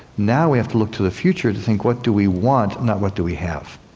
now we have to look to the future to think what do we want, not what do we have.